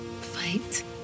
fight